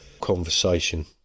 conversation